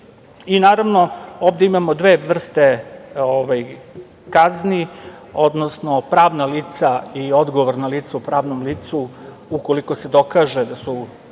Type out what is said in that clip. uzajamnosti. Ovde imamo dve vrste kazni, odnosno pravna lica i odgovorna lica u pravnom licu, ukoliko se dokaže da su